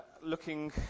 looking